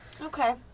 Okay